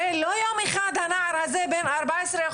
הרי לא יום אחד הנער הזה בן ארבע עשרה או